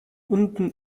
unten